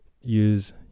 use